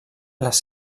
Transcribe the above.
les